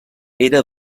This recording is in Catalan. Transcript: era